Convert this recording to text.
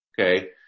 Okay